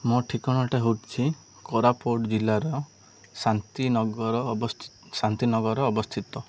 ମୋ ଠିକଣାଟା ହେଉଛି କୋରାପୁଟ ଜିଲ୍ଲାର ଶାନ୍ତି ନଗର ଶାନ୍ତି ନଗର ଅବସ୍ଥିତ